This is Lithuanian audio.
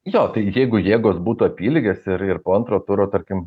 jo tai jeigu jėgos būtų apylygės ir ir po antro turo tarkim